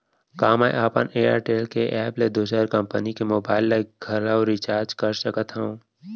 का मैं अपन एयरटेल के एप ले दूसर कंपनी के मोबाइल ला घलव रिचार्ज कर सकत हव?